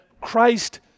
Christ